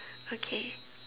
okay